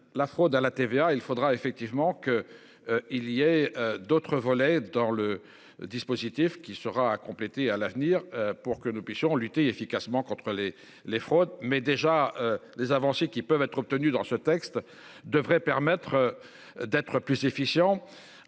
La fraude à la TVA, il faudra effectivement qu'. Il y ait d'autres volets dans le dispositif qui sera complété à l'avenir pour que nous puissions lutter efficacement contre les les fraudes mais déjà des avancées qui peuvent être obtenus dans ce texte devrait permettre. D'être plus efficient.